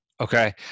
Okay